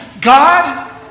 God